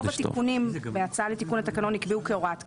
רוב התיקונים בהצעה לתיקון התקנון נקבעו כהוראת קבע,